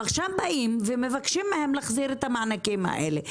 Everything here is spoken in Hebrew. ועכשיו באים ומבקשים מהם להחזיר את המענקים האלה.